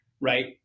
Right